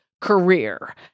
career